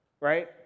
right